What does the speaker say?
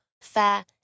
fair